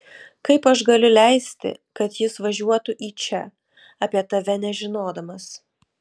kaip aš galiu leisti kad jis važiuotų į čia apie tave nežinodamas